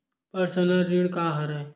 Personal ऋण का हरय?